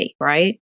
right